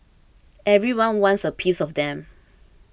everyone wants a piece of them